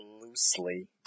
loosely